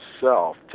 self